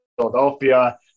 Philadelphia